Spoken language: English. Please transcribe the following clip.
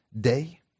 day